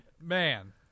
Man